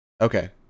Okay